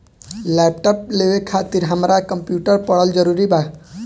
Laptop लेवे खातिर हमरा कम्प्युटर पढ़ल जरूरी बा?